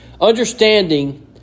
Understanding